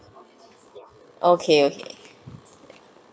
okay okay